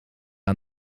aan